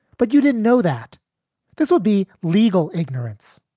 but you didn't know that this would be legal. ignorance.